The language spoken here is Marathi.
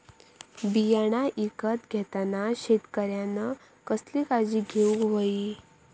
बियाणा ईकत घेताना शेतकऱ्यानं कसली काळजी घेऊक होई?